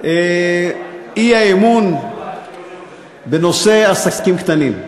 האי-אמון בנושא עסקים קטנים,